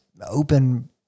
open